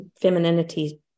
femininity